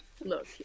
look